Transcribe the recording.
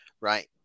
right